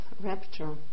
rapture